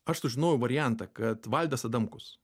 aš sužinojau variantą kad valdas adamkus